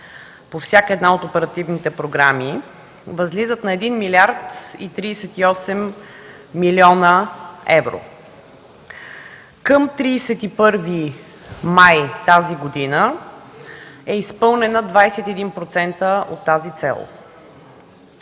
по всяка една от оперативните програми възлизат на 1 млрд. 38 млн. евро. Към 31 май тази година е изпълнена на 21% тази цел.